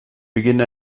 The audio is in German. beginnt